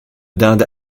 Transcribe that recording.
dinde